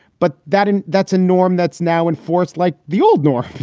but that and that's a norm that's now in force, like the old norm.